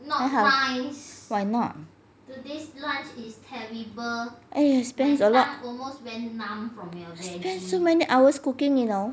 why not !aiyo! spend a lot spend so many hours cooking you know